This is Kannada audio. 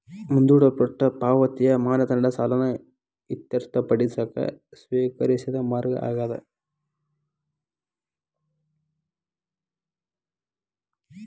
ಮುಂದೂಡಲ್ಪಟ್ಟ ಪಾವತಿಯ ಮಾನದಂಡ ಸಾಲನ ಇತ್ಯರ್ಥಪಡಿಸಕ ಸ್ವೇಕರಿಸಿದ ಮಾರ್ಗ ಆಗ್ಯಾದ